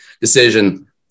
decision